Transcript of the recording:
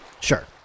Sure